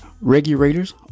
Regulators